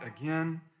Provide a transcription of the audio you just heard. again